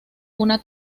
una